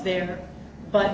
there but